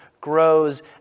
grows